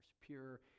pure